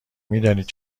میدانید